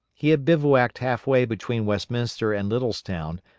he had bivouacked half way between westminster and littlestown,